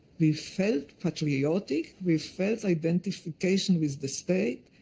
we felt patriotic, we felt identification with the state,